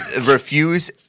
Refuse